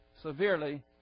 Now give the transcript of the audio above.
severely